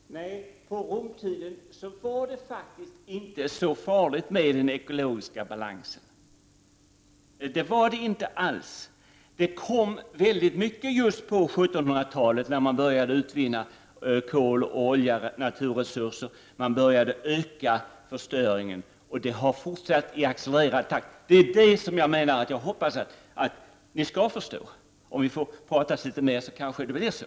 Herr talman! Nej, på Rom-tiden var det faktiskt inte så farligt med den ekologiska balansen. Problemet kom på 1700-talet när man började utvinna kol och olja som naturresurser och började öka förstöringen. Det har fortsatt i accelererad takt. Det är detta jag menar när jag säger att jag hoppas att ni skall förstå. Om vi får pratas vid litet mer kanske det blir så.